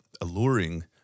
alluring